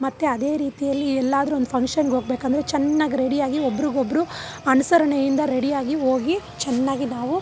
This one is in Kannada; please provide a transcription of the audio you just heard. ಮತ್ತು ಅದೇ ರೀತಿಯಲ್ಲಿ ಎಲ್ಲಾದರು ಒಂದು ಫಂಕ್ಷನ್ಗೋಗ್ಬೇಕಂದ್ರೆ ಚೆನ್ನಾಗಿ ರೆಡಿಯಾಗಿ ಒಬ್ರಿಗೊಬ್ರು ಅನುಸರಣೆಯಿಂದ ರೆಡಿಯಾಗಿ ಹೋಗಿ ಚೆನ್ನಾಗಿ ನಾವು